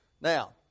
now